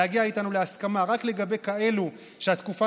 להגיע איתנו להסכמה רק לגבי כאלו שהתקופה